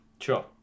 Sure